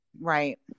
Right